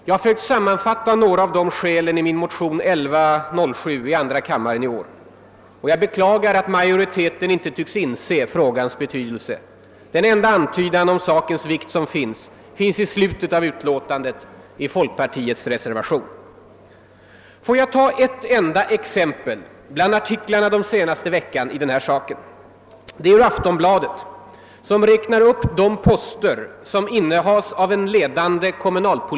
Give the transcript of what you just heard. Jag har försökt att sammanfatta några av skälen i min motion 1107 i andra kammaren i år, och jag beklagar att majoriteten inte tycks inse frågans betydelse. Det enda om sakens vikt finns i slutet av utlåtandet, i folkpartiets reservation. Får jag nämna ett enda exempel bland artiklarna de senaste veckorna i den här frågan.